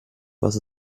was